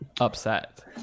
upset